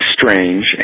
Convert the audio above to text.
strange